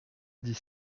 dix